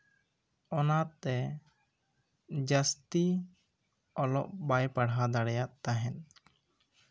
ᱚᱱᱟᱛᱮ ᱡᱟᱹᱥᱛᱤ ᱚᱞᱚᱜ ᱵᱟᱭ ᱯᱟᱲᱦᱟᱣ ᱫᱟᱲᱮᱭᱟᱜ ᱛᱟᱦᱮᱸᱫ